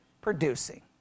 producing